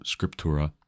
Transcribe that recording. scriptura